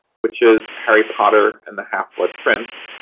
which is harry potter and the half-blood prince.